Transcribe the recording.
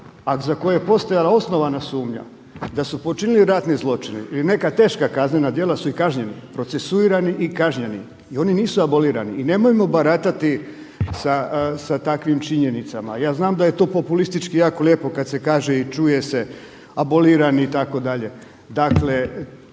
a za koje je postojala osnovana sumnja da su počinili ratne zločine ili neka teška kaznena djela su i kažnjeni, procesuirani i kažnjeni. I oni nisu abolirani. I nemojmo baratati sa takvim činjenicama. Ja znam da je to populistički jako lijepo kad se kaže i čuje se aboliran itd. Dakle,